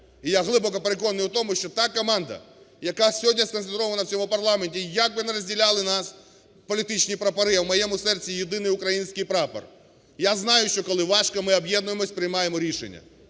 І я глибоко переконаний у тому, що та команда, яка сьогодні сконцентрована в цьому парламенті, як би не розділяли нас політичні прапори, а в моєму серці єдиний український прапор, я знаю, що коли важко, ми об'єднуємося, приймаємо рішення.